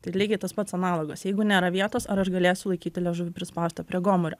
tai lygiai tas pats analogas jeigu nėra vietos ar aš galėsiu laikyti liežuvį prispaustą prie gomurio